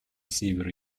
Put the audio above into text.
север